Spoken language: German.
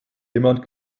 jemand